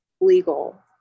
legal